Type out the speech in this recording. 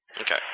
Okay